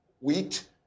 wheat